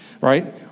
right